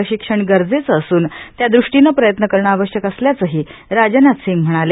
प्रशिक्षण गरजेचं असून त्या दृष्टीनं प्रयत्न करणं आवश्यक असल्याचंही राजनाथ सिंग म्हणाले